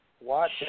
watch